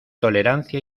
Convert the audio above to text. tolerancia